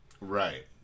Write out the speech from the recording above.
Right